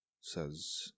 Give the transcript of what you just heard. Says